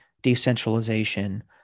decentralization